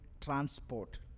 transport